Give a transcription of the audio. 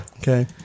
Okay